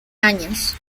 años